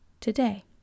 today